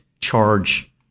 charge